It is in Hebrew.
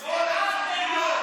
לאט-לאט,